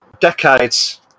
decades